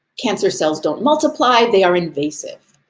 cancer cells don't multiply, they are invasive.